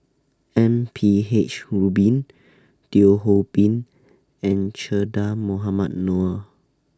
M P H Rubin Teo Ho Pin and Che Dah Mohamed Noor